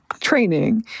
training